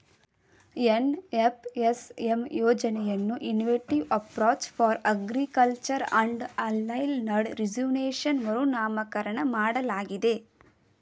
NFSM ಯೋಜನೆಯನ್ನು innovative approach for agriculture and aligned rejuvenation ಮರುನಾಮಕರಣ ಮಾಡಲಾಗಿದೆ